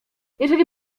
jeżeli